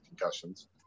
concussions